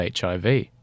HIV